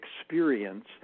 experience